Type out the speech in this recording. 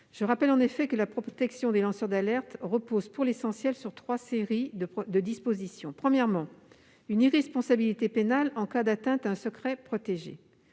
Je rappelle en effet que la protection des lanceurs d'alerte repose pour l'essentiel sur trois séries de dispositions : tout d'abord, une irresponsabilité pénale en cas d'atteinte à un secret protégé